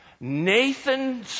Nathan